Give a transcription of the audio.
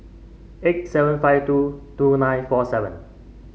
eight seven five two two nine four seven